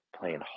playing